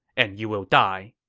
and you will die.